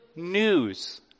news